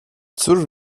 cóż